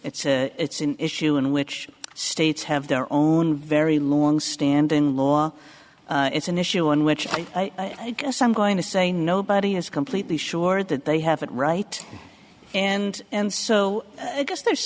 it's it's an issue in which states have their own very long standing law it's an issue in which i guess i'm going to say nobody is completely sure that they have it right and and so i guess there's